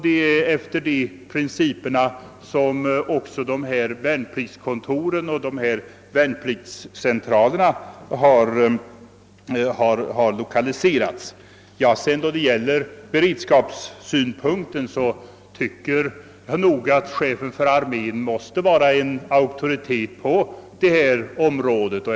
Det är efter dessa principer som också värnpliktskontoren och värnpliktscentralerna har lokaliserats. Vad beredskapssynpunkten beträffar måste chefen för armén enligt min mening vara en auktoritet.